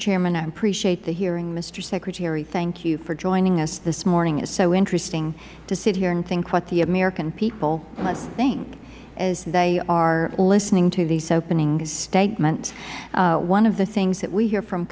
chairman i appreciate the hearing mister secretary thank you for joining us this morning it is so interesting to sit here and think what the american people must think as they are listening to these opening statements one of the things that we hear from